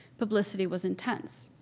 publicity was intense.